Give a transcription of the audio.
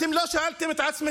אתם לא שאלתם את עצמכם